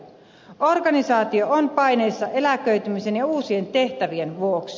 organisaatio on paineessa eläköitymisen ja uusien tehtävien vuoksi